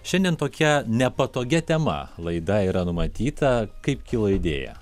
šiandien tokia nepatogia tema laida yra numatyta kaip kilo idėja